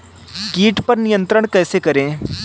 कीट पर नियंत्रण कैसे करें?